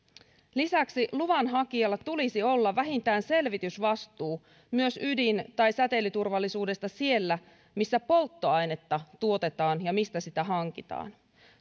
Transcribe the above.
lisäksi luvan hakijalla tulisi olla vähintään selvitysvastuu myös ydin tai säteilyturvallisuudesta siellä missä polttoainetta tuotetaan ja mistä sitä hankitaan